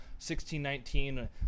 1619